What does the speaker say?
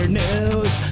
news